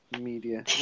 Media